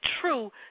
true